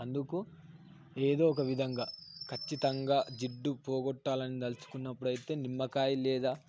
అందుకు ఏదో ఒక విధంగా ఖచ్చితంగా జిడ్డు పోగొట్టాలని తలుచుకున్నప్పుడు అయితే నిమ్మకాయ లేదా